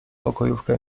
pokojówkę